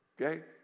okay